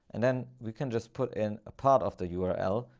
and then we can just put in a part of the yeah url,